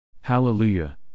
Hallelujah